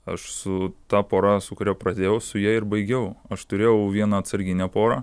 aš su ta pora su kuria pradėjau su ja ir baigiau aš turėjau vieną atsarginę porą